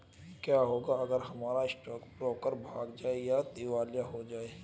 क्या होगा अगर हमारा स्टॉक ब्रोकर भाग जाए या दिवालिया हो जाये?